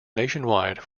nationwide